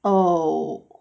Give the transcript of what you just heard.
oh